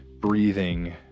breathing